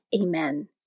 Amen